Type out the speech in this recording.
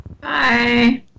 Bye